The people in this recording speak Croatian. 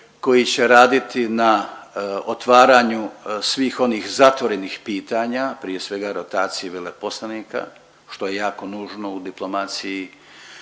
koji će raditi na otvaranju svih onih zatvorenih pitanja, prije svega rotacije veleposlanika što je jako nužno u diplomaciji